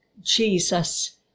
Jesus